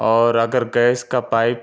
اور اگر گیس کا پائپ